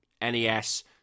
NES